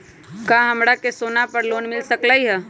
का हमरा के सोना पर लोन मिल सकलई ह?